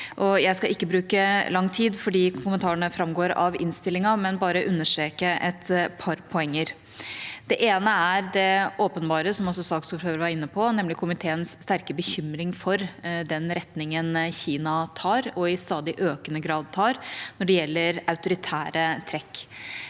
Jeg skal ikke bruke lang tid for kommentarene framgår av innstillinga, men bare understreke et par poenger. Det ene er det åpenbare, som også saksordføreren var inne på, nemlig komiteens sterke bekymring for den retningen Kina tar, og i stadig økende grad tar, når det gjelder autoritære trekk.